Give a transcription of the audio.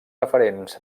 referents